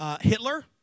Hitler